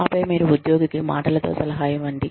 ఆపై మీరు ఉద్యోగికి మాటలతో సలహా ఇవ్వండి